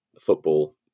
football